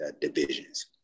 divisions